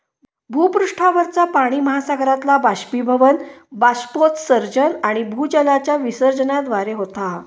भूपृष्ठावरचा पाणि महासागरातला बाष्पीभवन, बाष्पोत्सर्जन आणि भूजलाच्या विसर्जनाद्वारे होता